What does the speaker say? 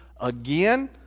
again